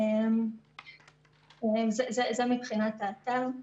זה מבחינת האתר.